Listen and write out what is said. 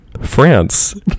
France